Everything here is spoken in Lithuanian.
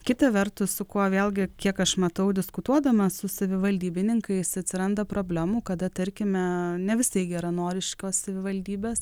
kita vertus su kuo vėlgi kiek aš matau diskutuodamas su savivaldybininkai atsiranda problemų kada tarkime ne visai geranoriškos savivaldybės